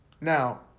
Now